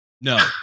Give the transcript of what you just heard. No